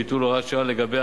ביטול הוראת שעה